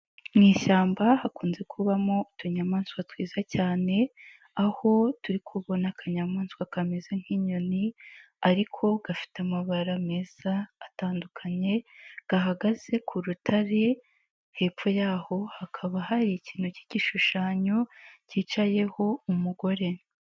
Mu ishyamba hakunze kubamo utunyamaswa twiza cyane, aho turi kubona akanyamaswa kameze nk'inyoni ariko gafite amabara meza atandukanye, gahagaze ku rutare hepfo y'aho hakaba hari ikintu cy'igishushanyo cyicayeho umugore.